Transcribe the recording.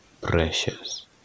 precious